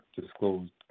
disclosed